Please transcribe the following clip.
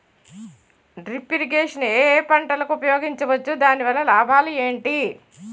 Drip irrigation ఏ పంటలకు ఉపయోగించవచ్చు? దాని వల్ల లాభాలు ఏంటి?